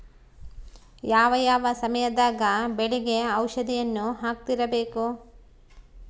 ಯಾವ ಯಾವ ಸಮಯದಾಗ ಬೆಳೆಗೆ ಔಷಧಿಯನ್ನು ಹಾಕ್ತಿರಬೇಕು?